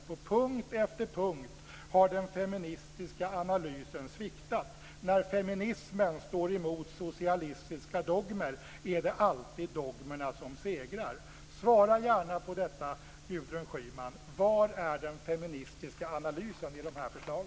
På punkt efter punkt har den feministiska analysen sviktat. När feminismen står emot socialistiska dogmer är det alltid dogmerna som segrar. Svara gärna på detta, Gudrun Schyman: Var är den feministiska analysen i dessa förslag?